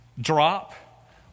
Drop